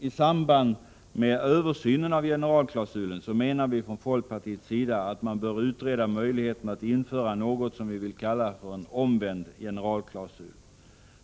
I samband med översynen av generalklausulen menar vi från folkpartiets sida att man också bör utreda möjligheten att införa något som vi vill kalla en omvänd generalklausul.